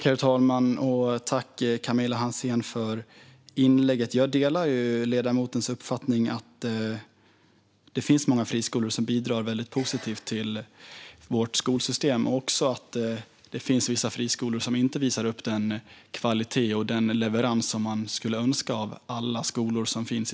Herr talman! Tack, Camilla Hansén, för inlägget! Jag instämmer i ledamotens uppfattning att många friskolor bidrar positivt till vårt skolsystem men också att vissa friskolor inte visar upp den kvalitet och leverans som man skulle önska av alla skolor i Sverige.